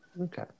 Okay